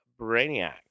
Brainiac